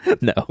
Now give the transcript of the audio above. No